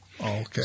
Okay